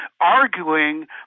arguing